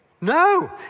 No